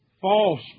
False